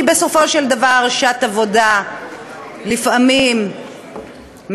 כי בסופו של דבר שעת עבודה לפעמים מגיעה